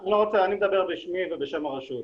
אני מדבר בשמי ובשם הרשות,